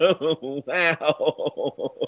Wow